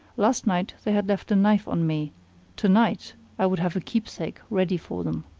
last night they had left a knife on me to-night i would have a keepsake ready for them.